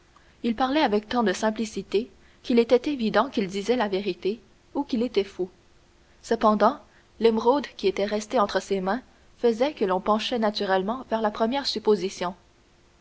il parlait avec tant de simplicité qu'il était évident qu'il disait la vérité ou qu'il était fou cependant l'émeraude qui était restée entre ses mains faisait que l'on penchait naturellement vers la première supposition